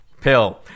pill